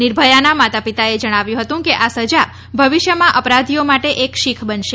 નિર્ભયાના માતા પિતાએ જણાવ્યું કે આ સજા ભવિષ્યમાં અપરાધીઓ માટે એક શીખ બનશે